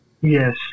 Yes